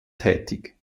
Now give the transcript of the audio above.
tätig